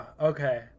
okay